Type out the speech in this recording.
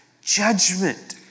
judgment